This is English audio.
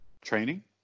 training